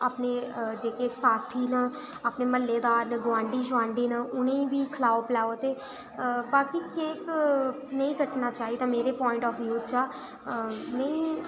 अपने जेह्के साथी न अपने म्हल्लेदार न गोआंढ़ी शोआंढ़ी न उ'नेंगी बी खलाओ पलाओ ते बाकी केक नेईं कट्टना चाहिदा मेरे पोंटि आफ बियू